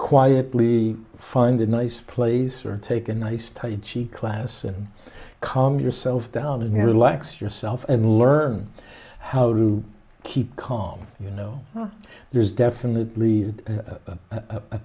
quietly find a nice place or take a nice tidy g class and calm yourself down and relax yourself and learn how to keep calm you know oh there's definitely a